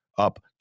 up